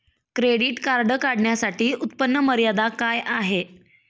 Credit card काढण्यासाठी उत्पन्न मर्यादा काय आहे?